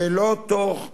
ולא תוך כניעה.